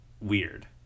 weird